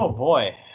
ah boy.